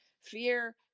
fear